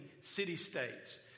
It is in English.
city-states